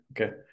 okay